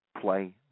Play